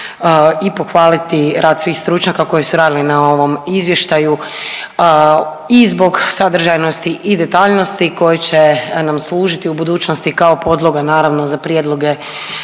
i pohvaliti rad svih stručnjaka koji su radili na ovom izvještaju i zbog sadržajnosti i detaljnosti koje će nam služiti u budućnosti kao podloga naravno za prijedloge